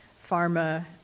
pharma